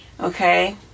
okay